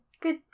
good